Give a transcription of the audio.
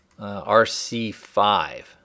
RC5